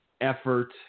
effort